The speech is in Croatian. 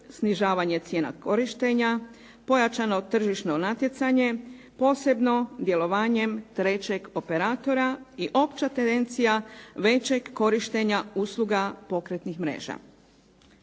snižavanje cijena korisnika, pojačano tržišno natjecanje posebno djelovanjem trećeg operatora i opća tendencija većeg korištenja usluga pokretnih mreža.